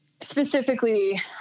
specifically